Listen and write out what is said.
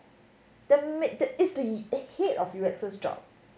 but is the head of U_X's job